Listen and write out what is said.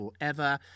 forever